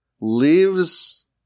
lives